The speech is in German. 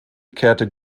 kehrte